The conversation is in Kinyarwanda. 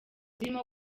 zirimo